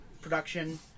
production